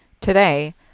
Today